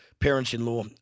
Parents-in-law